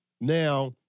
Now